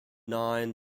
nine